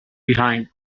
behind